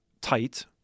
tight